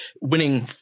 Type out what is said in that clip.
winning